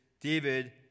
David